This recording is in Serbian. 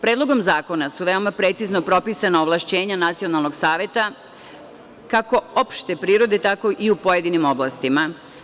Predlogom zakona su veoma precizno propisana ovlašćenja nacionalnog saveta, kako opšte prirode, tako i u pojedinim oblastima.